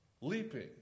leaping